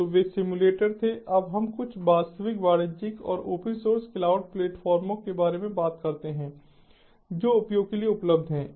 तो वे सिम्युलेटर थे अब हम कुछ वास्तविक वाणिज्यिक और ओपन सोर्स क्लाउड प्लेटफार्मों के बारे में बात करते हैं जो उपयोग के लिए उपलब्ध हैं